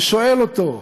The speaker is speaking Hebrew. ושואל אותו: